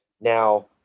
Now